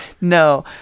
no